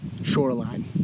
Shoreline